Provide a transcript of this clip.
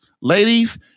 Ladies